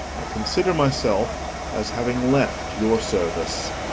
i consider myself as having left your service.